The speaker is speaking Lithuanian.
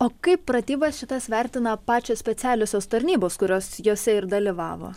o kaip pratybas šitas vertina pačios specialiosios tarnybos kurios jose ir dalyvavo